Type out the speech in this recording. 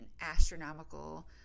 astronomical